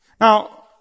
Now